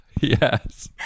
Yes